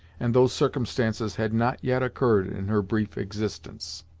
and those circumstances had not yet occurred in her brief existence.